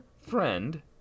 friend